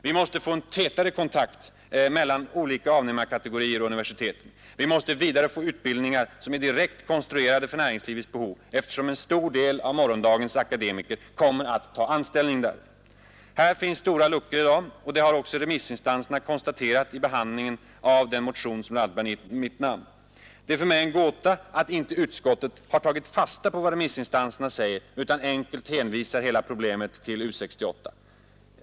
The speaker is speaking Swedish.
Vi måste få en tätare kontakt mellan olika avnämarkategorier och universiteten. Vi måste vidare få utbildningar som är direkt konstruerade för näringslivets behov, eftersom en stor del av morgondagens akademiker kommer att ta anställning där. Här finns stora luckor i dag, och det har också remissinstanserna konstaterat vid behandlingen av den motion som bär bl.a. mitt namn. Det är för mig en gåta att inte utskottet har tagit fasta på vad remissinstanserna säger utan enkelt hänvisar hela problemet till U 68.